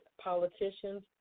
politicians